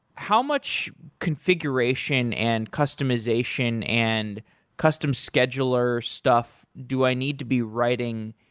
how much configuration and customization and custom scheduler stuff do i need to be writing?